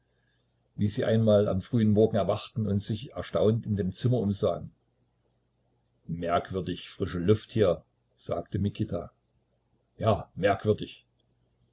wie sie einmal am frühen morgen erwachten und sich erstaunt in dem zimmer umsahen merkwürdig frische luft hier sagte mikita ja merkwürdig